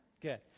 Good